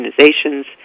organizations